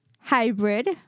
Hybrid